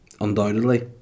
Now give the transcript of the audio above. undoubtedly